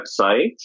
website